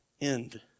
end